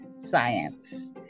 science